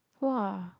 !wah!